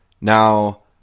Now